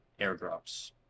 airdrops